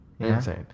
insane